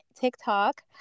TikTok